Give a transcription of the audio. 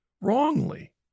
wrongly